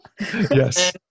Yes